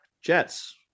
Jets